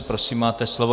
Prosím máte slovo.